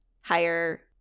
higher